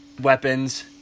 weapons